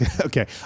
Okay